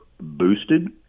boosted